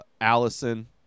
allison